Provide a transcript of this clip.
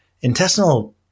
Intestinal